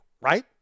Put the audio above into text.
right